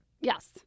Yes